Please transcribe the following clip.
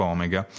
Omega